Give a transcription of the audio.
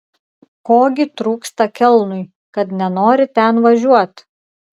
ko gi trūksta kelnui kad nenori ten važiuot